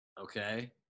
okay